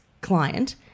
client